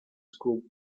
school